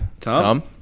Tom